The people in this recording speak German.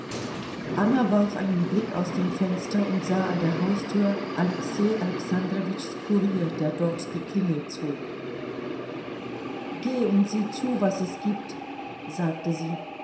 anna warf einen blick aus dem fenster und sah an der haustür alexei alexandrowitschs kurier der dort die klingel zog geh und sieh zu was es gibt sagte sie